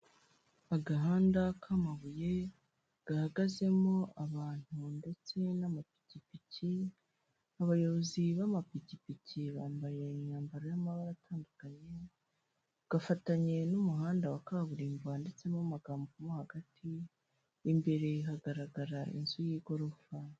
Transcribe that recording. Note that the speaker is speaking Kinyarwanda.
Agahanda k'amabuye gahagazemo abantu ndetse n'amapikipiki, abayobozi b'amapikipiki bambaye imyambaro y'amabara atandukanye, gafatanye n'umuhanda wa kaburimbo wanditsemo amagambo mo hagati, imbere hagaragara inzu y'igorofa.